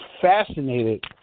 fascinated